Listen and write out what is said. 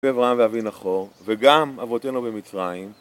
אבי אברהם ואבי נחור, וגם אבותינו במצרים